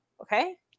Okay